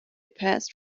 passed